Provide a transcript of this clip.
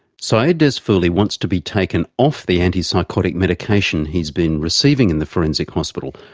saeed dezfouli wants to be taken off the anti-psychotic medication he's been receiving in the forensic hospital,